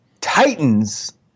Titans